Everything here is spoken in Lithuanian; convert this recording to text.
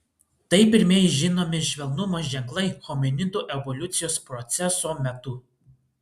tai pirmieji žinomi švelnumo ženklai hominidų evoliucijos proceso metu